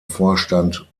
vorstand